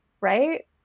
right